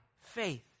faith